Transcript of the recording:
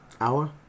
hour